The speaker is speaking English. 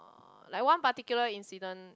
like one particular incident